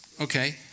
Okay